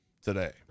today